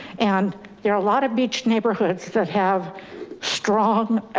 and there are a lot of beach neighborhoods that have strong